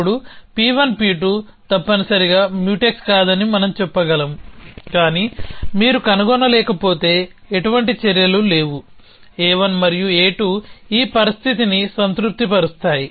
అప్పుడు P1 P2 తప్పనిసరిగా Mutex కాదని మనం చెప్పగలము కానీ మీరు కనుగొనలేకపోతే ఎటువంటి చర్యలు లేవు a1 మరియు a2 ఈ పరిస్థితిని సంతృప్తి పరుస్తాయి